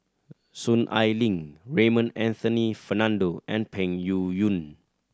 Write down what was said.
Soon Ai Ling Raymond Anthony Fernando and Peng Yuyun